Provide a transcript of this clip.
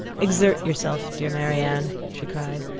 exert yourself, dear marianne, she cried,